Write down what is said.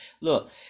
look